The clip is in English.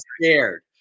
scared